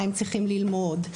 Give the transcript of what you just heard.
מה הם צריכים ללמוד,